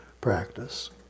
practice